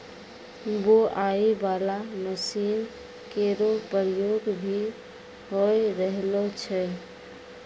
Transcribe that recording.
बोआई बाला मसीन केरो प्रयोग भी होय रहलो छै